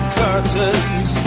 curtains